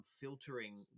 filtering